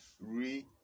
re